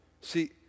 See